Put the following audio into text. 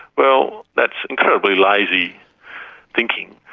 well, that's incredibly lazy thinking,